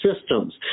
systems